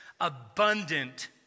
abundant